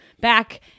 back